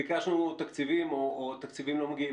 ביקשנו תקציבים או תקציבים לא מגיעים,